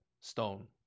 stone